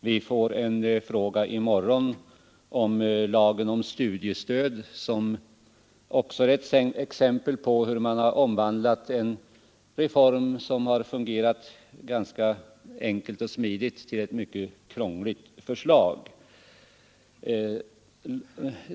Vi får i morgon en fråga som gäller lagen om studiestöd och som också är ett exempel på hur man omvandlat en reform, som har fungerat ganska enkelt och smidigt, till ett mycket krångligt förslag.